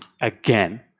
again